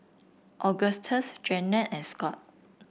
Augustus Jeanette and Scott